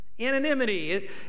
Anonymity